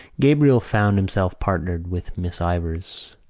gabriel found himself partnered with miss ivors.